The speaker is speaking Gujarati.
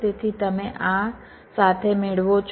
તેથી તમે આ સાથે મેળવો છો